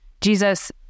Jesus